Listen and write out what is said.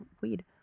weed